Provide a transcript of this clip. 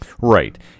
Right